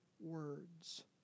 words